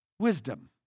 wisdom